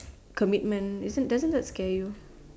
commitment isn't doesn't it scare you